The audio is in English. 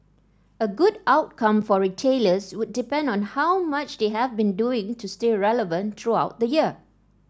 a good outcome for retailers will depend on how much they have been doing to stay relevant throughout the year